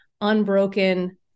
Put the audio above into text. unbroken